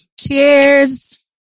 Cheers